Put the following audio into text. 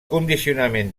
condicionament